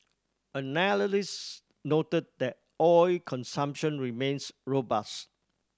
analyst noted that oil consumption remains robust